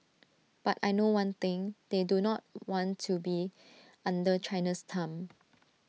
but I know one thing they do not want to be under China's thumb